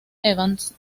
evans